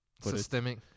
systemic